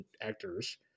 actors